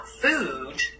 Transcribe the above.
food